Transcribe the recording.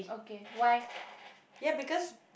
okay why